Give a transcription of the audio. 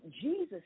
Jesus